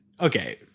okay